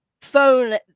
phone